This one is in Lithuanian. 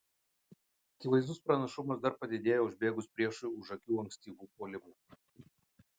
akivaizdus pranašumas dar padidėjo užbėgus priešui už akių ankstyvu puolimu